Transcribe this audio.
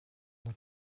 нар